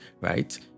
right